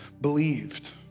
believed